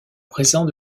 présent